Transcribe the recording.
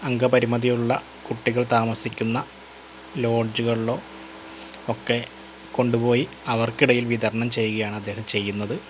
അംഗപരിമിതിയുള്ള കുട്ടികള് താമസിക്കുന്ന ലോഡ്ജുകൾലോ ഒക്കെ കൊണ്ടുപോയി അവര്ക്കിടയില് വിതരണം ചെയ്യുകയാണ് അദ്ദേഹം ചെയ്യുന്നത്